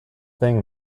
thing